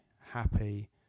happy